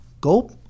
go